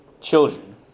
children